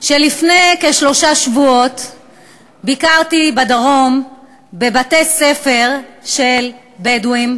שלפני כשלושה שבועות ביקרתי בדרום בבתי-ספר של בדואים,